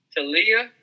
Talia